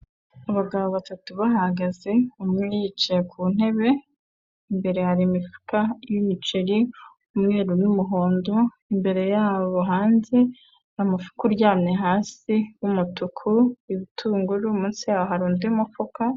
Abagabo batatu bahagaze umwe yicaye ku ntebe, imbere hari imifuka y'imiceri umweru n'umuhondo, imbere yabo hanze hari umufuka uryamye hasi w'umutuku, ibitunguru, munsi yaho hari undi mufuka.